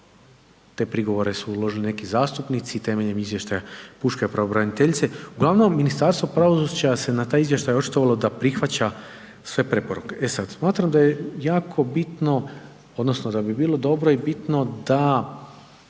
te prigovore su uložili neki zastupnici temeljem izvještaja pučke pravobraniteljice. Uglavnom Ministarstvo pravosuđa se na taj izvještaj očitovalo da prihvaća sve preporuke. E sada smatram da je jako bitno odnosno da bi bilo dobro i bitno da